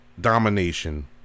Domination